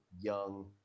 young